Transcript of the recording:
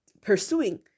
pursuing